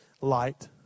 light